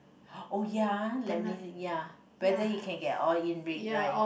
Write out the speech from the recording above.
oh ya let me ya whether you can get all in rate right